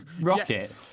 rocket